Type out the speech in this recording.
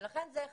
לכן אחד